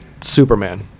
Superman